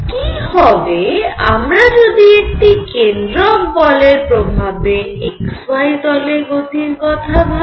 কি হবে আমরা যদি একটি কেন্দ্রক বলের প্রভাবে x y তলে গতির কথা ভাবি